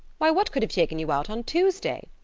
why, what could have taken you out on tuesday?